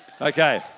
Okay